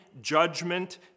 judgment